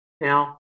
Now